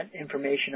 information